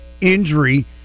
injury